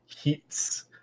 heats